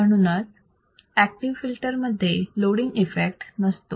म्हणूनच active filter मध्ये loading effect नसतो